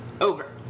over